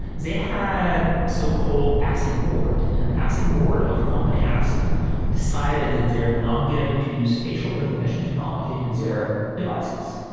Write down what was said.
they had a so-called asig board and asig board of company axon decided that they're not getting to use facial recognition technology in their devices,